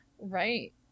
Right